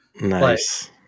Nice